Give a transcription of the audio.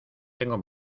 tengo